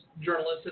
journalists